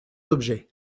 objets